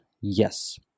Yes